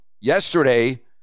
yesterday